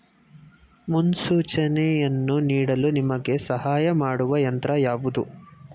ಮುನ್ಸೂಚನೆಯನ್ನು ನೀಡಲು ನಿಮಗೆ ಸಹಾಯ ಮಾಡುವ ಯಂತ್ರ ಯಾವುದು?